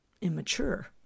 immature